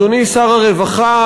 אדוני שר הרווחה,